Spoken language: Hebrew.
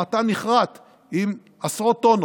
המטע נכרת עם עשרות טונות.